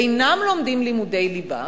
אינם לומדים לימודי ליבה,